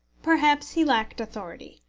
perhaps he lacked authority.